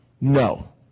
No